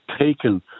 taken